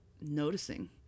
noticing